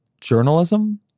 journalism